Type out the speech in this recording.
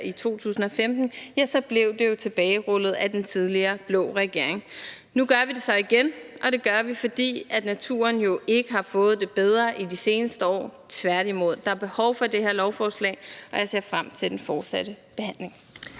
i 2015, så blev det jo tilbagerullet af den tidligere blå regering. Nu gør vi det så igen, og det gør vi, fordi naturen jo ikke har fået det bedre i de seneste år – tværtimod. Der er behov for det her lovforslag, og jeg ser frem til den fortsatte behandling.